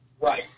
Right